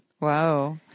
Wow